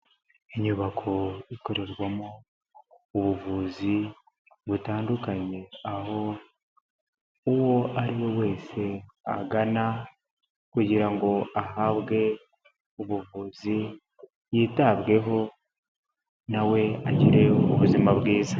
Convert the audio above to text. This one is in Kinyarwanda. Inyubako ikorerwamo ubuvuzi butandukanye, aho uwo ari we wese agana kugira ngo ahabwe ubuvuzi, yitabweho na we agire ubuzima bwiza.